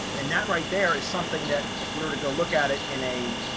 and that right? there is something that if we were to go look at it in a,